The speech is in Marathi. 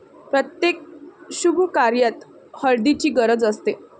प्रत्येक शुभकार्यात हळदीची गरज असते